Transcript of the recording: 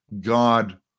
God